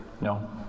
No